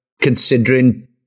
considering